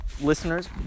listeners